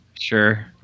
Sure